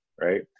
right